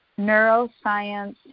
neuroscience